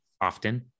often